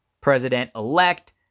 President-elect